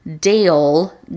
Dale